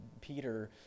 Peter